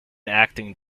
acting